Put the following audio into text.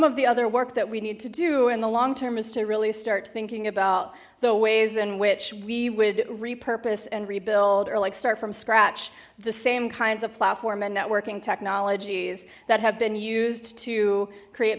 of the other work that we need to do in the long term is to really start thinking about the ways in which we would repurpose and rebuild or like start from scratch the same kinds of platform and networking technologies that have been used to create